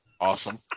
awesome